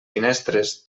finestres